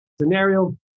scenario